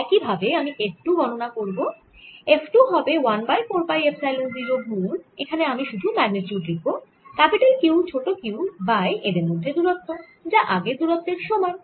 একই ভাবে আমি F 2 গণনা করব F 2 হবে 1 বাই 4 পাই এপসাইলন 0 গুন এখানে আমি শুধু ম্যাগনিটিউড লিখব ক্যাপিটাল Q ছোট q বাই এদের মধ্যে দূরত্ব যা আগের দুরত্বের সমান